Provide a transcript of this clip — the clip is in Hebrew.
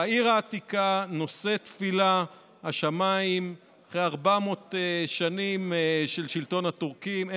בעיר העתיקה נושא תפילה לשמיים אחרי 400 שנים של שלטון הטורקים,